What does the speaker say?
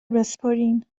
بسپرین